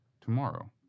tomorrow